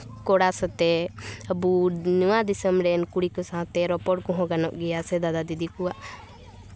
ᱠᱚᱲᱟ ᱥᱟᱛᱮ ᱟᱵᱚ ᱱᱚᱣᱟ ᱫᱤᱥᱟᱹᱢ ᱨᱮ ᱠᱩᱲᱤ ᱠᱚ ᱥᱟᱶᱛᱮ ᱨᱚᱯᱚᱲ ᱠᱚᱦᱚᱸ ᱜᱟᱱᱚᱜ ᱜᱮᱭᱟ ᱥᱮ ᱫᱟᱫᱟ ᱫᱤᱫᱤ ᱠᱚᱣᱟᱜ